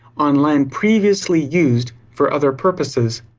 on land previously used for other purposes.